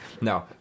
No